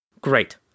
Great